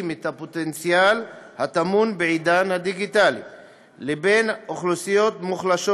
את הפוטנציאל הטמון בעידן הדיגיטלי לבין אוכלוסיות מוחלשות,